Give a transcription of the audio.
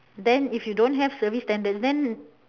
then if you don't have service standards then